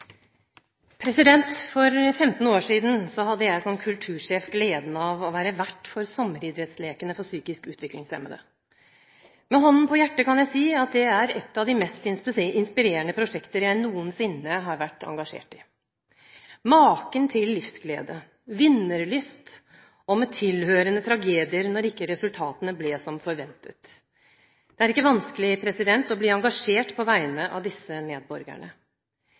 et av de mest inspirerende prosjekter jeg noensinne har vært engasjert i. Maken til livsglede, vinnerlyst – og med tilhørende tragedier når resultatene ikke ble som forventet! Det er ikke vanskelig å bli engasjert på vegne av disse medborgerne!